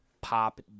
pop